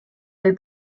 või